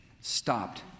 stopped